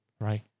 right